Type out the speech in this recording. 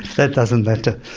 that doesn't matter.